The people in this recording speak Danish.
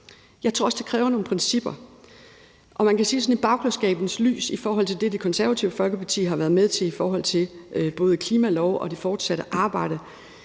Jeg tror også, det kræver nogle principper. Man kan sige det sådan, at i bagklogskabens lys er der i forhold til det, Det Konservative Folkeparti har været med til i forhold til både klimalov og det fortsatte arbejde,